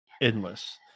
endless